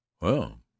Well